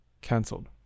cancelled